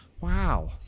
wow